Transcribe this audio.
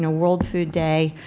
ah world food day,